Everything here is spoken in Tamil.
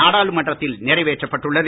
நாடாளுமன்றத்தில் நிறைவேற்றப் பட்டுள்ளது